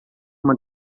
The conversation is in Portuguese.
uma